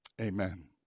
amen